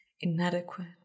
inadequate